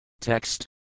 Text